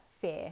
fear